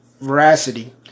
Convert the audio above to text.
veracity